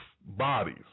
bodies